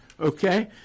okay